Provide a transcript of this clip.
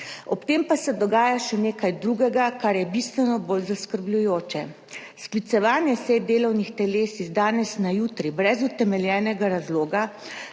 Ob tem pa se dogaja še nekaj drugega, kar je bistveno bolj zaskrbljujoče. Sklicevanje sej delovnih teles iz danes na jutri brez utemeljenega razloga,